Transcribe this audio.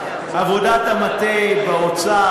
עבודת המטה באוצר,